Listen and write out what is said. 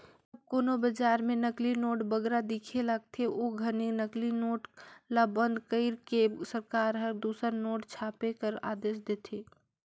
जब कोनो बजार में नकली नोट बगरा दिखे लगथे, ओ घनी नकली नोट ल बंद कइर के सरकार हर दूसर नोट छापे कर आदेस देथे